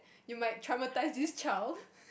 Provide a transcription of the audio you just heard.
you might traumatise this child